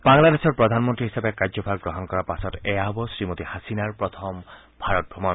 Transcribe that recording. বাংলাদেশৰ প্ৰধানমন্ত্ৰী হিচাপে কাৰ্যভাৰ গ্ৰহণ কৰাৰ পাছত এয়া হ'ব শ্ৰীমতী হাছিনাৰ প্ৰথম ভাৰত ভ্ৰমণ